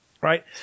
Right